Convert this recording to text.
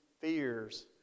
fears